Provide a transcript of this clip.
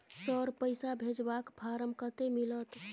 Sir, पैसा भेजबाक form कत्ते मिलत?